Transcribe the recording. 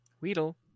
Weedle